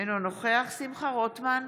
אינה נוכחת שמחה רוטמן,